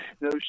No